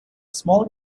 small